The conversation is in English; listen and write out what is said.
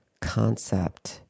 concept